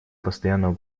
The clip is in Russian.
постоянного